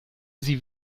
sie